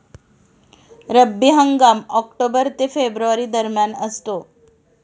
रब्बी हंगाम ऑक्टोबर ते फेब्रुवारी दरम्यान असतो